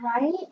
Right